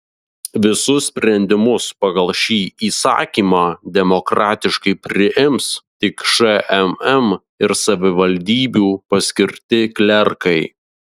visus sprendimus pagal šį įsakymą demokratiškai priims tik šmm ir savivaldybių paskirti klerkai